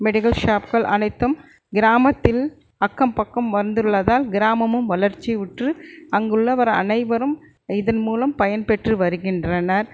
medical ஷாப்கள் அனைத்தும் கிராமத்தில் அக்கம் பக்கம் வந்துள்ளதால் கிராமமும் வளர்ச்சியுற்று அங்குள்ளவர் அனைவரும் இதன் மூலம் பயன்பெற்று வருகின்றனர்